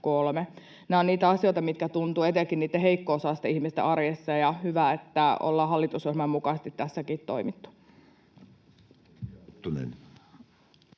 Nämä ovat niitä asioita, mitkä tuntuvat etenkin heikko-osaisten ihmisten arjessa, ja on hyvä, että ollaan hallitusohjelman mukaisesti tässäkin toimittu.